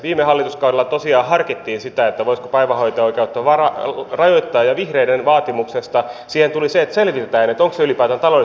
viime hallituskaudella tosiaan harkittiin sitä voisiko päivähoito oikeutta rajoittaa ja vihreiden vaatimuksesta siihen tuli se että selvitetään onko se ylipäätään taloudellisesti järkevää